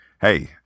Hey